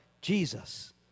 Jesus